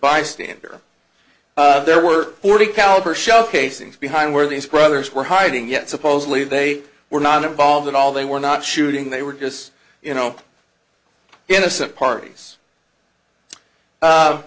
bystander there were forty caliber shell casings behind where these brothers were hiding yet supposedly they were not involved at all they were not shooting they were just you know innocent parties